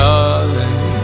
Darling